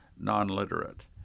non-literate